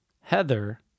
Heather